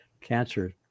cancer